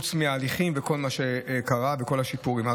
חוץ מהליכים וכל מה שקרה וכל השיפורים,